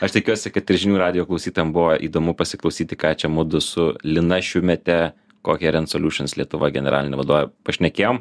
aš tikiuosi kad ir žinių radijo klausytojam buvo įdomu pasiklausyti ką čia mudu su lina šiumete koheren soliušens lietuva generaline vadove pašnekėjom